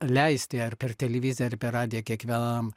leisti ar per televiziją ar per radiją kiekvienam